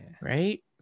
right